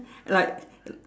like